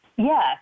Yes